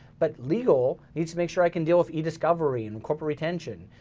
but legal needs to make sure i can deal with ediscovery and corporate retention.